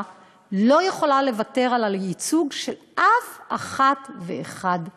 לא יכולה לוותר על הייצוג של אף אחת ואחד מכם.